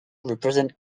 represent